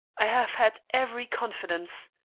i have had every confidence.